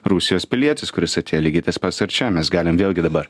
rusijos pilietis kuris atėjo lygiai tas pats ir čia mes galim vėlgi dabar